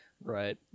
Right